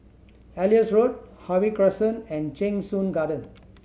Elias Road Harvey Crescent and Cheng Soon Garden